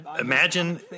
Imagine